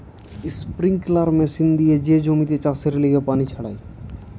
sprinkler machine দিয়ে যে জমিতে চাষের লিগে পানি ছড়ায়